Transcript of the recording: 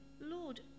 Lord